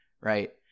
right